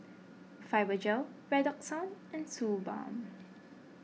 Fibogel Redoxon and Suu Balm